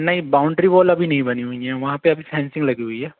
नहीं boundary wall अभी नहीं बनी हुई है वहाँ पर अभी फेंसिंग लगी हुई है